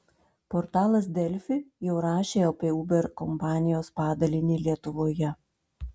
portalas delfi jau rašė apie uber kompanijos padalinį lietuvoje